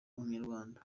umunyarwanda